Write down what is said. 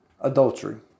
Adultery